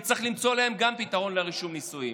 וצריך למצוא להם גם פתרון לרישום הנישואים.